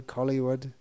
Hollywood